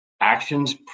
actions